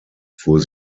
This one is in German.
fuhr